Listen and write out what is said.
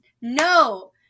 No